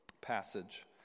passage